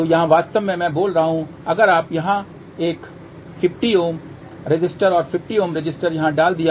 तो यहाँ वास्तव में बोल रहा हूँ अगर आप यहाँ एक 50Ω रेसिस्टर और 50Ω रेसिस्टर यहाँ डाल दिया